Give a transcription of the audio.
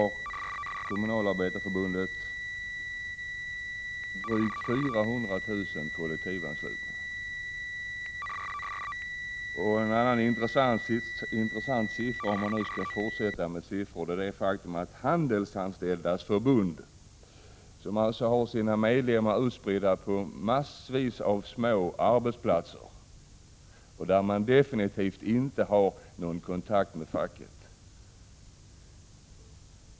Kommunalarbetarförbundet hart.ex. drygt 400 000 kollektivanslutna. En annan intressant siffra, om man nu skall fortsätta med siffror, återfinns hos Handelsanställdas förbund, som alltså har sina medlemmar utspridda på massvis av små arbetsplatser, där man definitivt inte har någon kontakt med facket.